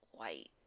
white